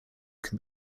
can